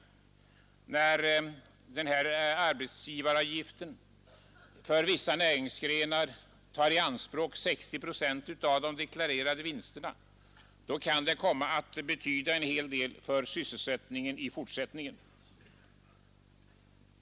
När denna arbetsgivaravgift för vissa näringsgrenar tar i anspråk 60 procent av de deklarerade vinsterna, kan detta komma att betyda en hel del för sysselsättningen i fortsättningen.